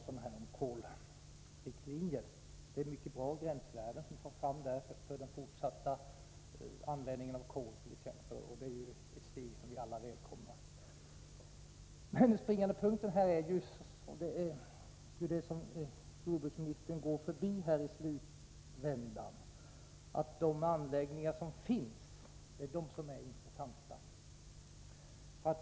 När det gäller riktlinjer för koleldade anläggningar är det mycket bra gränsvärden som tas fram; det är ett steg som vi alla välkomnar. Den springande punkten, nämligen de anläggningar som redan finns, går jordbruksministern emellertid förbi, men det är de som är intressanta.